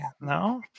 no